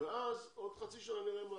ואז בעוד חצי שנה נראה מה.